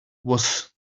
was